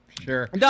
sure